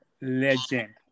legend